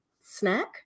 snack